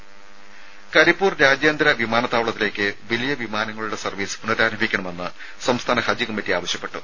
രുമ കരിപ്പൂർ രാജ്യാന്തര വിമാനത്താവളത്തിലേക്ക് വലിയ വിമാനങ്ങളുടെ സർവ്വീസ് പുഃനരാരംഭിക്കണമെന്ന് സംസ്ഥാന ഹജ്ജ് കമ്മിറ്റി ആവശ്യപ്പെട്ടു